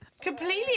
completely